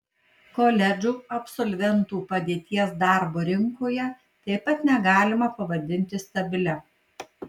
koledžų absolventų padėties darbo rinkoje taip pat negalima pavadinti stabilia